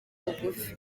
bugufi